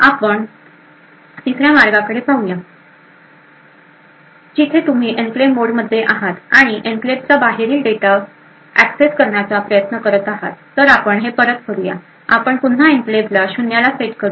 आपण तिसऱ्या मार्गाकडे पाहूया पण पाहूया जिथे तुम्ही एन्क्लेव्ह मोड मध्ये आहात आणि एन्क्लेव्हच्या बाहेरील डेटा एक्सेस करण्याचा प्रयत्न करत आहात तर आपण हे परत करूयाआपण पुन्हा एन्क्लेव्हला शून्याला सेट करूया